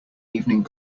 evening